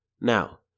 Now